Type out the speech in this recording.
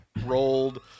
rolled